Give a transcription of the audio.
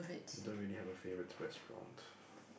don't really have a favorite restaurant